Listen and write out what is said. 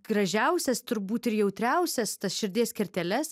gražiausias turbūt ir jautriausias širdies kerteles